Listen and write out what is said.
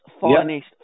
finest